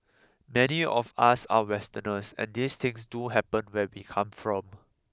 many of us are Westerners and these things do happen where we come from